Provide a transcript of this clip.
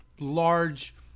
large